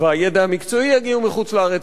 והידע המקצועי יגיע מחוץ-לארץ.